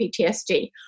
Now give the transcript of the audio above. PTSD